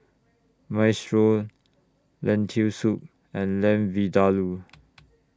Minestrone Lentil Soup and Lamb Vindaloo